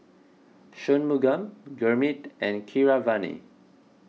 Shunmugam Gurmeet and Keeravani